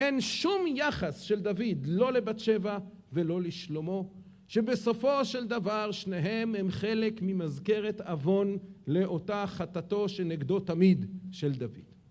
אין שום יחס של דוד, לא לבת שבע, ולא לשלמה, שבסופו של דבר שניהם הם חלק ממזכרת עוון לאותה חטאתו שנגדו תמיד של דוד.